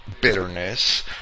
bitterness